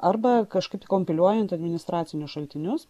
arba kažkaip kompiliuojant administracinius šaltinius